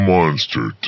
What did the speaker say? Monster